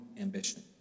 ambition